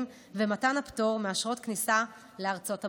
ומתן הפטור מאשרות כניסה לארצות הברית.